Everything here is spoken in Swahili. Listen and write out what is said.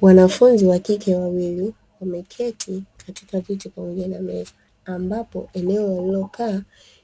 Wanafunzi wa kike wawili, wameketi katika kiti pamoja na meza, ambapo eneo walilokaa